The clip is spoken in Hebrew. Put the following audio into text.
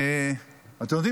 אתם יודעים,